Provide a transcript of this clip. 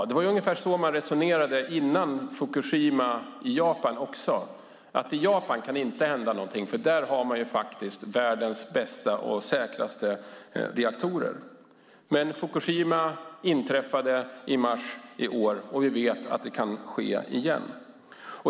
Det var ungefär så man resonerade också i Japan innan detta hände i Fukushima: I Japan kan det inte hända någonting, för där har man världens bästa och säkraste reaktorer. Men i Fukushima inträffade detta i mars i år, och vi vet att det kan ske igen.